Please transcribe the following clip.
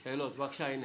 שאלות, בבקשה.